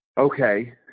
Okay